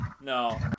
no